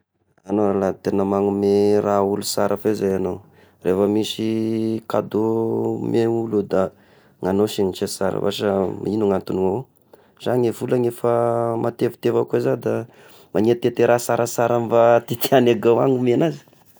Agnao rahalahy tegna magnome raha olo sara fe zay agnao, revo misy kadô omegn'olo da ny agnao sinitry sara, ôh sa igno no antogny avao? Sa ny volagny efa matevitevy ako zay da magnetihety raha sarasara mba tiatiany gôva agny omegna azy.